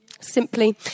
simply